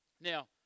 Now